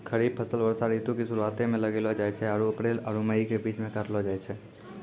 खरीफ फसल वर्षा ऋतु के शुरुआते मे लगैलो जाय छै आरु अप्रैल आरु मई के बीच मे काटलो जाय छै